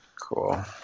cool